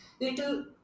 little